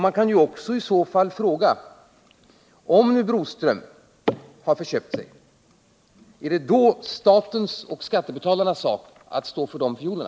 Man kan ju också fråga: Om Broströms har förköpt sig — är det då statens och skattebetalarnas sak att stå för de fiolerna?